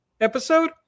episode